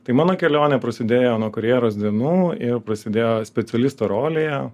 tai mano kelionė prasidėjo nuo karjeros dienų ir prasidėjo specialisto rolėje